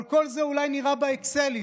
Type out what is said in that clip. אבל כל זה אולי נראה באקסלים.